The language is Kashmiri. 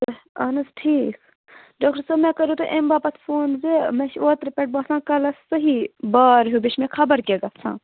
تہٕ اَہَن حظ ٹھیٖک ڈاکٹر صٲب مےٚ کوٚرِوٕ تۅہہِ اَمہِ باپَتھ فون زِ مےٚ چھِ اوترٕ پٮ۪ٹھ باسان کَلَس صحیح بار ہیوٗ بیٚیہِ چھِ مےٚ خَبَر کیٛاہ گژھان